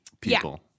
people